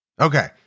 Okay